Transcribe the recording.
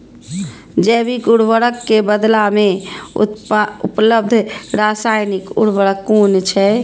जैविक उर्वरक के बदला में उपलब्ध रासायानिक उर्वरक कुन छै?